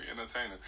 entertaining